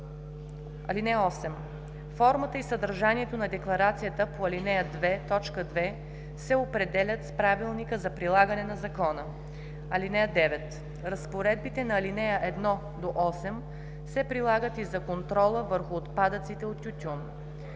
(8) Формата и съдържанието на декларацията по ал. 2, т. 2 се определят с Правилника за прилагане на Закона. (9) Разпоредбите на ал. 1-8 се прилагат и за контрола върху отпадъците от тютюн.“